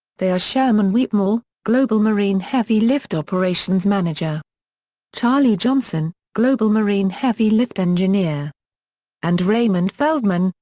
they are sherman wetmore, global marine heavy lift operations manager charlie johnson, global marine heavy lift engineer and raymond feldman,